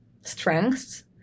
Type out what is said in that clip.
strengths